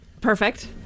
Perfect